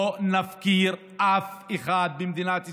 לא נפקיר אף אחד במדינת ישראל.